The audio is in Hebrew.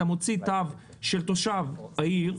אתה מוציא תו של תושב העיר,